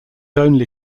only